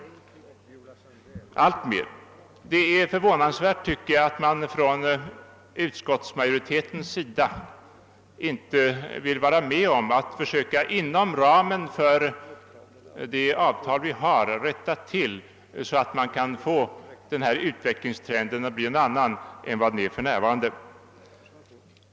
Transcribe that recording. Jag tycker det är förvånansvärt att man från utskottsmajoritetens sida inte vill vara med om att inom ramen för avtalet försöka vidta åtgärder så att man kan få en annan utvecklingstrend än den vi har för närvarande.